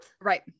Right